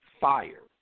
fire